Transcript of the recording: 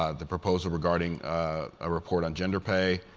ah the proposal regarding a report on gender pay,